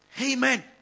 Amen